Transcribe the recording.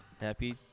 Happy